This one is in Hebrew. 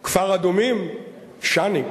כפר-אדומים, שאני.